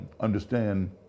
Understand